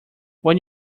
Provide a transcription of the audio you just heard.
when